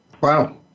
Wow